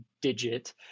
digit